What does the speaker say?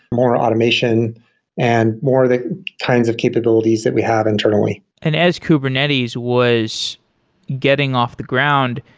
more automation and more the kinds of capabilities that we have internally and as kubernetes was getting off the ground,